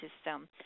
system